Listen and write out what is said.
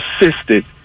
assisted